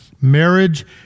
marriage